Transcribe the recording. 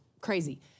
crazy